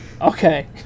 okay